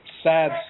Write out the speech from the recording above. sad